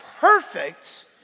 perfect